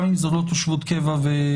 גם אם זה לא תושבות קבע ואזרחות.